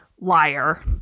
liar